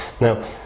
Now